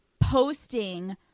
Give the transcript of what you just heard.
posting